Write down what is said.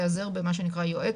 להיעזר במה שנקרא יועץ,